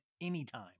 anytime